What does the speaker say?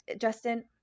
Justin